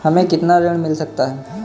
हमें कितना ऋण मिल सकता है?